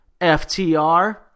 FTR